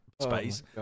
space